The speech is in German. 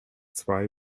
zwei